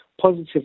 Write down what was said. positive